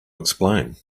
explain